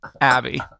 Abby